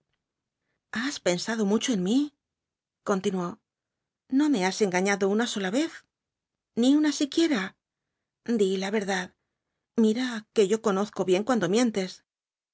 has pensado mucho en mí continuó no me has engañado una sola vez ni una siquiera di la verdad mira que yo conozco bien cuando mientes